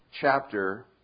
chapter